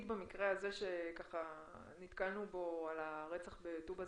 לי אם במקרה הזה שנתקלנו בו על הרצח בטובא-זנגרייה